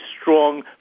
strong